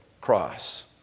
cross